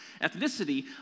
ethnicity